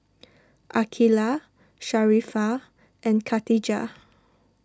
Aqilah Sharifah and Khatijah